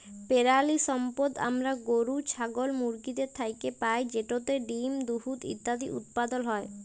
পেরালিসম্পদ আমরা গরু, ছাগল, মুরগিদের থ্যাইকে পাই যেটতে ডিম, দুহুদ ইত্যাদি উৎপাদল হ্যয়